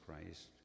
Christ